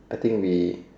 I think we